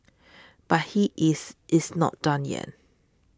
but he is is not done yet